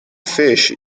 fish